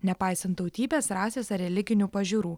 nepaisant tautybės rasės ar religinių pažiūrų